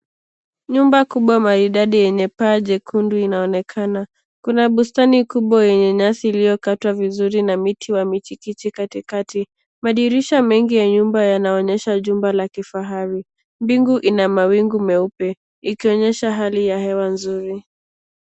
Nyumba kubwa maridadi yenye paa jekundu inaonekana. Kuna bustani kubwa yenye nyasi iliyokatwa vizuri na miti wa michikichi katikati. Madirisha mengi ya nyumba yanaonyesha jumba la kifahari. Mbingu ina mawingu meupe ikionyesha hali ya hewa nzuri.